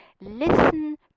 Listen